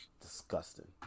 disgusting